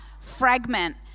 fragment